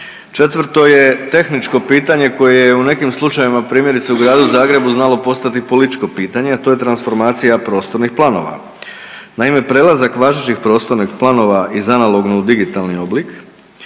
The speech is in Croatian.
Četvrto je tehničko pitanje koje u nekim slučajevima, primjerice, u gradu Zagrebu znalo postati i političko pitanje, a to je transformacija prostornih planova. Naime, prelazak važećih prostornih planova iz analognog u digitalni oblik,